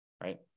right